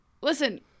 Listen